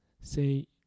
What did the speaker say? say